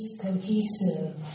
cohesive